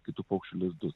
kitų paukščių lizdus